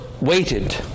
waited